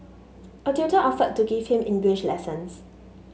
a tutor offered to give him English lessons